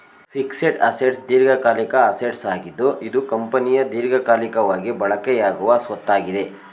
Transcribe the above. fixed assets ದೀರ್ಘಕಾಲಿಕ assets ಆಗಿದ್ದು ಇದು ಕಂಪನಿಯ ದೀರ್ಘಕಾಲಿಕವಾಗಿ ಬಳಕೆಯಾಗುವ ಸ್ವತ್ತಾಗಿದೆ